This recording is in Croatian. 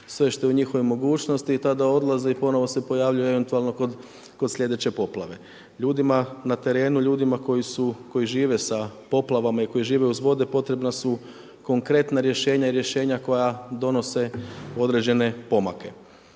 sve što je u njihovoj mogućnosti i tada odlaze i ponovno se pojavljuju eventualno kod sljedeće poplave. Ljudima na terenu, ljudima koji su, koji žive sa poplavama i koji žive uz vode potrebna su konkretna rješenja i rješenja koja donose određene pomake.